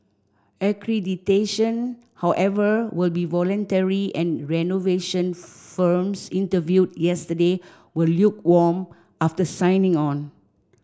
accreditation however will be voluntary and renovation firms interviewed yesterday were lukewarm after signing on